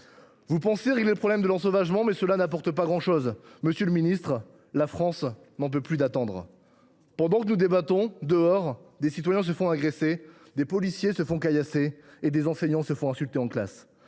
Vous pensez régler le problème de l’ensauvagement, mais cela n’apporte pas grand chose. Monsieur le garde des sceaux, la France n’en peut plus d’attendre. Pendant que nous débattons, dehors, des citoyens se font agresser, des policiers caillasser et des enseignants insulter en classe.